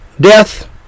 death